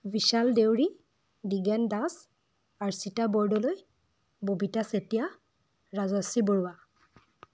Bishal Deuri Dwigen Das Archita Bordoloi Babita Chetia Rajashree Barua